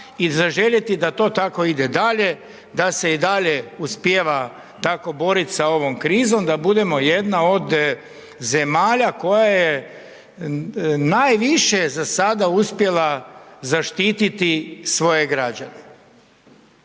i zaželjeti da to tako ide dalje, da se i dalje uspijeva tako boriti sa ovom krizom, da budemo jedna od zemalja koja je najviše, za sada uspjela zaštiti svoje građane.